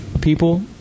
people